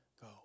go